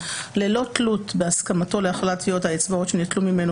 ללא תלות בהסכמתו להכללת טביעות האצבעות שניטלו ממנו